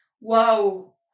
Wow